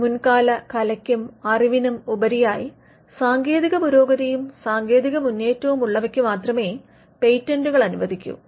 മുൻകാല കലയ്ക്കും അറിവിനും ഉപരിയായി സാങ്കേതിക പുരോഗതിയും സാങ്കേതിക മുന്നേറ്റവും ഉള്ളവയ്ക്കു മാത്രമേ പേറ്റന്റുകൾ അനുവദിക്കൂ